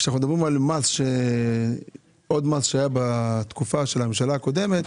בממשלה הקודמת